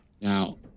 Now